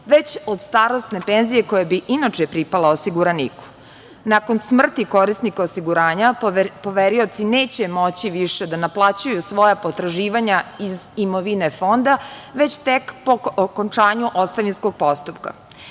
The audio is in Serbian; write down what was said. već od starosne penzije koje bi inače pripala osiguraniku nakon smrti korisnika osiguranja poverioci neće moći više da naplaćuju svoja potraživanja iz imovine fonda, već tek po okončanju ostavinskog postupka